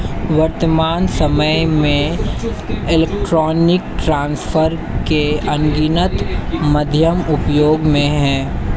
वर्त्तमान सामय में इलेक्ट्रॉनिक ट्रांसफर के अनगिनत माध्यम उपयोग में हैं